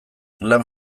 lan